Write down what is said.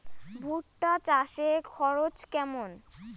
ভুট্টা চাষে খরচ কেমন?